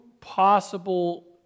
possible